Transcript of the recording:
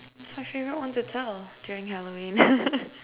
that's my favorite one to tell during Halloween